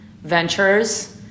ventures